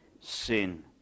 sin